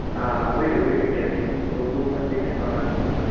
آ ؤنِو ؤنِو کیٛاہ چھُ وۅنۍ کوٗتاہ کۭتیاہ کۄکَر چھِ ضروٗرت